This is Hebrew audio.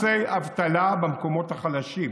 ומשאירים כיסי אבטלה במקומות החלשים,